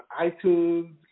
itunes